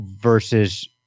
versus